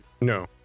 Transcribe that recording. no